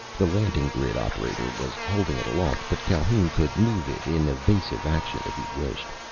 the landing-grid operator was holding it aloft, but calhoun could move it in evasive action if he wished.